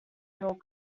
york